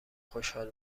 خوشحال